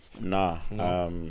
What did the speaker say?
Nah